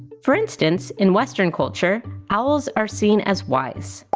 for instance, in western culture, owls are seen as wise.